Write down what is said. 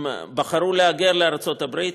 הם בחרו להגר לארצות הברית.